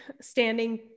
standing